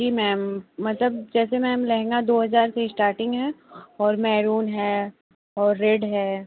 जी ma'am मतलब जैसे ma'am lehenga दो हजार से इस्टार्टिंग है और मैरून है और रेड है